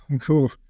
Cool